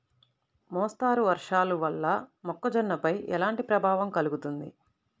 మోస్తరు వర్షాలు వల్ల మొక్కజొన్నపై ఎలాంటి ప్రభావం కలుగుతుంది?